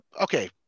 Okay